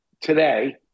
today